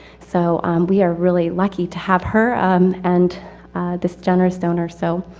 so we are really lucky to have her um and this generous donor so